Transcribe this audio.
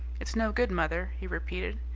it's no good, mother, he repeated,